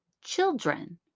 Children